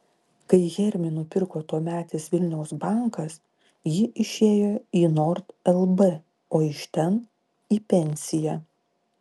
kai hermį nupirko tuometis vilniaus bankas ji išėjo į nord lb o iš ten į pensiją